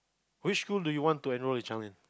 which school do you want to enroll your child in